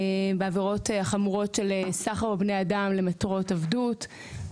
בעברות החמורות של סחר בבני אדם למטרות עבדות,